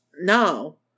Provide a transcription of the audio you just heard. No